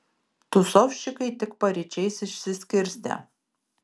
tūsovčikai tik paryčiais išsiskirstė